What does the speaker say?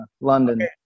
London